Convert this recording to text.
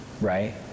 right